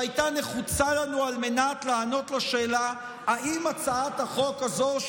שהייתה נחוצה לנו על מנת לענות על השאלה לגבי הצעת החוק הזו,